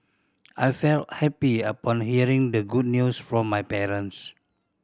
I felt happy upon hearing the good news from my parents